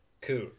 Cool